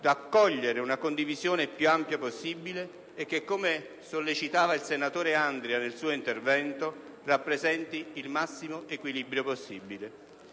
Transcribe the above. raccogliere una condivisione più ampia possibile e che - come sollecitava il senatore Andria nel suo intervento - rappresenti il massimo equilibrio possibile;